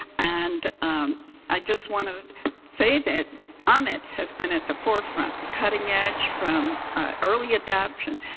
and i just want to say that ahmed has been at the forefront, the cutting edge from ah early adoption.